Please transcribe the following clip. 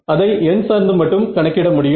அதை எண் சார்ந்து மட்டும் கணக்கிட முடியும்